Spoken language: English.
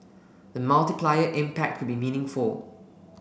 the multiplier impact could be meaningful